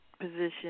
position